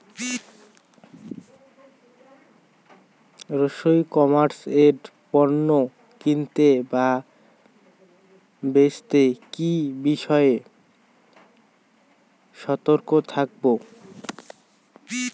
ই commerce এ পণ্য কিনতে বা বেচতে কি বিষয়ে সতর্ক থাকব?